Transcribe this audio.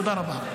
תודה רבה.